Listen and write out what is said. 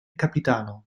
capitano